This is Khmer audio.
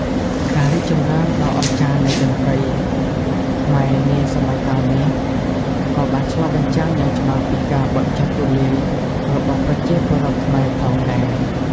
ការរីកចម្រើនដ៏អស្ចារ្យនៃតន្ត្រីខ្មែរនាសម័យកាលមាស ក៏បានឆ្លុះបញ្ចាំងយ៉ាងច្បាស់ពី ការបើកចិត្តទូលាយរបស់ប្រជាពលរដ្ឋខ្មែរ ផងដែរ។